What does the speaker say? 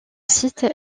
site